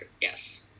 yes